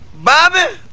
Bobby